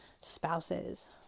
Spouses